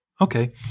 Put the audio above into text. Okay